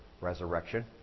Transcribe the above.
resurrection